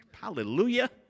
hallelujah